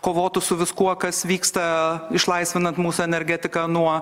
kovotų su viskuo kas vyksta išlaisvinant mūsų energetiką nuo